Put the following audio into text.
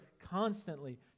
constantly